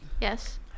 Yes